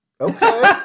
Okay